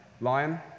Lion